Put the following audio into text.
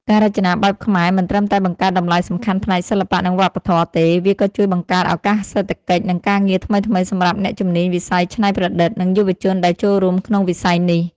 ការរចនាបែបខ្មែរមិនត្រឹមតែបង្កើតតម្លៃសំខាន់ផ្នែកសិល្បៈ និងវប្បធម៌ទេ វាក៏ជួយបង្កើតឱកាសសេដ្ឋកិច្ច និងការងារថ្មីៗសម្រាប់អ្នកជំនាញវិស័យច្នៃប្រឌិត និងយុវជនដែលចូលរួមក្នុងវិស័យនេះ។